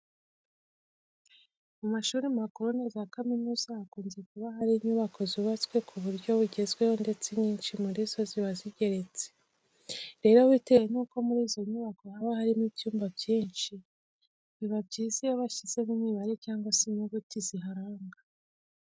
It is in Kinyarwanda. Mu mashuri makuru na za kaminuza hakunze kuba hari inyubako zubatswe ku buryo bugezweho ndetse inyinshi muri zo ziba zigeretse. Rero bitewe nuko muri izo nyubako haba harimo ibyumba byinshi, biba byiza iyo bashyizeho imibare cyangwa se inyuguti ziharanga.